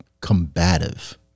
combative